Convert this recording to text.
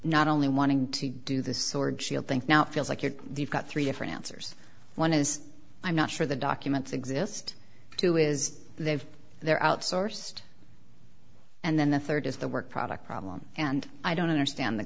not only wanting to do this sort of shield think now feels like you're got three different answers one is i'm not sure the documents exist two is they've there outsourced and then the third is the work product problem and i don't understand the